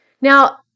Now